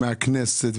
הכנסת,